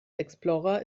explorer